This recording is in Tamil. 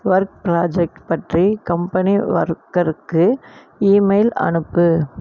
ஒர்க் ப்ராஜெக்ட் பற்றி கம்பெனி ஒர்க்கருக்கு இமெயில் அனுப்பு